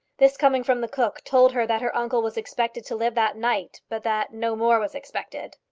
this coming from the cook, told her that her uncle was expected to live that night, but that no more was expected.